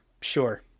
Sure